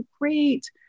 great